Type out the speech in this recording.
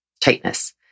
tightness